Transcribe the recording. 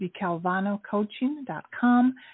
thecalvanocoaching.com